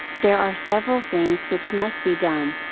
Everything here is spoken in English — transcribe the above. there are several things which must be done.